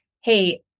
hey